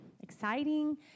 exciting